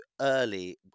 early